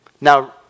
Now